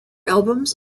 albums